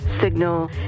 signal